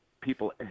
people